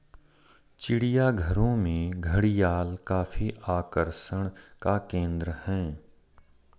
चिड़ियाघरों में घड़ियाल काफी आकर्षण का केंद्र है